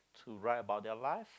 to write about their life